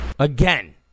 Again